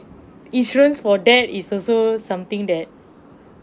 insurance for that is also something that